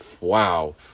Wow